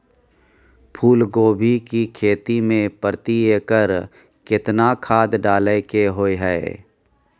फूलकोबी की खेती मे प्रति एकर केतना खाद डालय के होय हय?